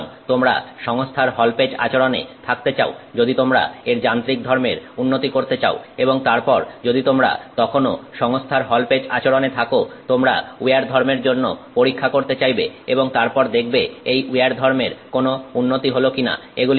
সুতরাং তোমরা সংস্থার হল পেচ আচরণে থাকতে চাও যদি তোমরা এর যান্ত্রিক ধর্মের উন্নতি করতে চাও এবং তারপর যদি তোমরা তখনও সংস্থার হল পেচ আচরণে থাকো তোমরা উইয়ার ধর্মের জন্য পরীক্ষা করতে চাইবে এবং তারপর দেখবে এই উইয়ার ধর্মের উন্নতি হলো কিনা